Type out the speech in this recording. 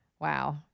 wow